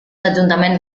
ajuntaments